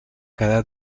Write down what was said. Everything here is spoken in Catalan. quedar